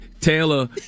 Taylor